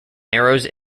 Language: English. narrows